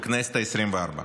בכנסת העשרים-וארבע.